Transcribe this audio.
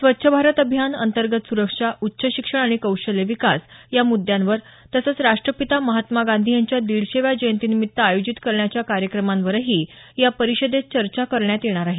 स्वच्छ भारत अभियान अंतर्गत सुरक्षा उच्च शिक्षण आणि कौशल्य विकास या मुद्यांवर तसंच राष्ट्रपीता महात्मा गांधी यांच्या दिडशेव्या जयंतीनिमित्त आयोजित करण्याच्या कार्यक्रमांवरही या परिषदेत चर्चा करण्यात येणार आहे